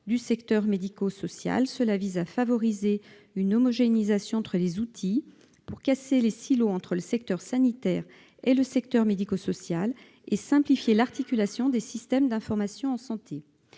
du secteur médico-social. Cela vise à favoriser une homogénéisation entre les outils pour casser les silos entre le secteur sanitaire et le secteur médico-social et simplifier l'articulation des systèmes d'information en santé.